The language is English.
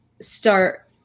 start